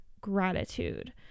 gratitude